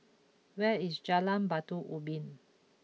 where is Jalan Batu Ubin